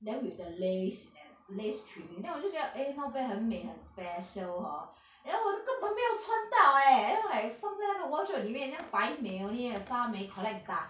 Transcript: then with the lace and lace trimming then 我就觉得 eh not bad 很美很 special hor then 我就根本都没有穿到 eh then 我 like 放在那个 wardrobe 里面 then 排美 only eh 发霉 collect dust